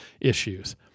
issues